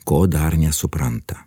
ko dar nesupranta